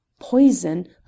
poison